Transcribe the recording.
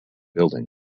building